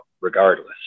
regardless